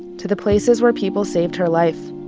to the places where people saved her life.